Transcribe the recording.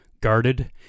guarded